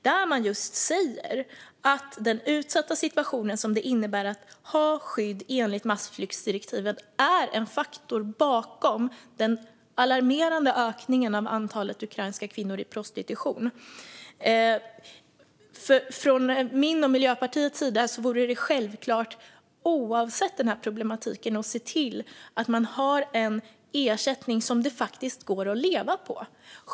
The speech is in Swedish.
Där säger man att den utsatta situation som det innebär att ha skydd enligt massflyktsdirektivet är en faktor bakom den alarmerande ökningen av antalet ukrainska kvinnor i prostitution. Från min och Miljöpartiets sida vore det, oavsett problematiken, självklart att se till att man har en ersättning som det faktiskt går att leva på.